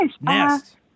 nest